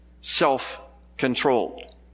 self-controlled